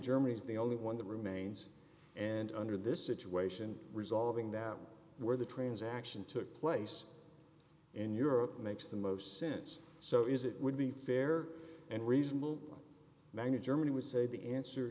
germany is the only one that remains and under this situation resolving that where the transaction took place in europe makes the most sense so is it would be fair and reasonable manner germany would say the